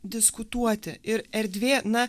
diskutuoti ir erdvė na